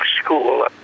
School